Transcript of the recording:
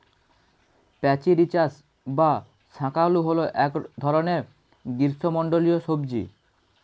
প্যাচিরিজাস বা শাঁকালু হল এক ধরনের গ্রীষ্মমণ্ডলীয় সবজি